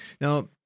Now